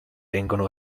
vengono